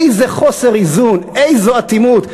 איזה חוסר איזון, איזו אטימות.